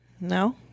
no